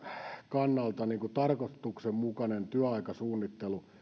kannalta tarkoituksenmukainen työaikasuunnittelu